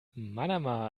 manama